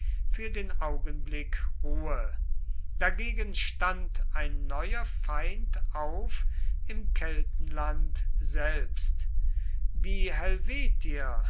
für den augenblick ruhe dagegen stand ein neuer feind auf im keltenland selbst die helvetier